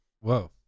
Whoa